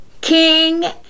King